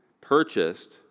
purchased